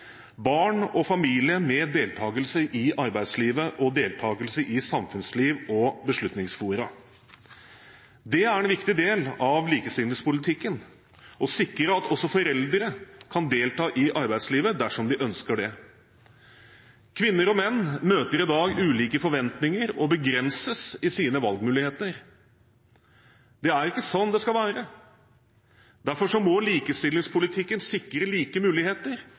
barn og familie med deltakelse i arbeidslivet, i samfunnslivet og i beslutningsfora. Det er en viktig del av likestillingspolitikken å sikre at foreldre kan delta i arbeidslivet dersom de ønsker det. Kvinner og menn møter i dag ulike forventninger og begrenses i sine valgmuligheter. Det er ikke sånn det skal være. Derfor må likestillingspolitikken sikre like muligheter,